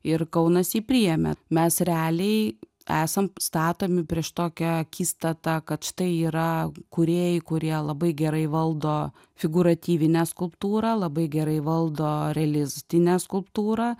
ir kaunas jį priėmė mes realiai esam statomi prieš tokią akistatą kad štai yra kūrėjai kurie labai gerai valdo figūratyvinę skulptūrą labai gerai valdo realistinę skulptūrą